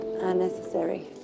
unnecessary